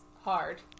hard